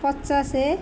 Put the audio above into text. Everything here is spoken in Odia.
ପଚାଶେ